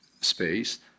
space